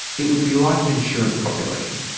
it would be like an insurance population.